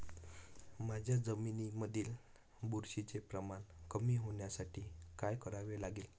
माझ्या जमिनीमधील बुरशीचे प्रमाण कमी होण्यासाठी काय करावे लागेल?